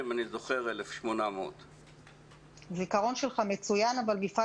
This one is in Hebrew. אם אני זוכר טוב: 1,800. הזיכרון שלך מצוין אבל מפעל